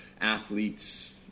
athletes